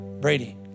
Brady